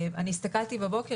אני הסתכלתי הבוקר,